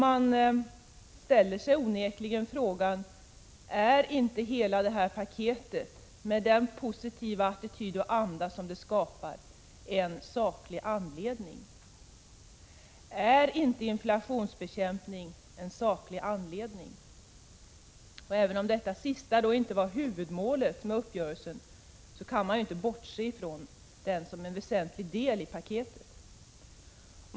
Man ställer sig onekligen frågan: Är inte hela paketet, med den positiva attityd och anda som det skapar, en saklig anledning? Är inte inflationsbekämpningen en saklig anledning? Även om det sista inte var huvudmålet med uppgörelsen, kan man inte bortse från det som en väsentlig del i paketet.